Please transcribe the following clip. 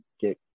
get